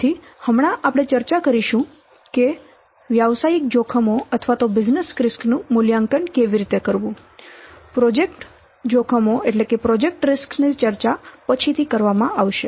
તેથી હમણાં આપણે ચર્ચા કરીશું કે વ્યવસાયિક જોખમો નું મૂલ્યાંકન કેવી રીતે કરવું પ્રોજેક્ટ જોખમો ની ચર્ચા પછીથી કરવામાં આવશે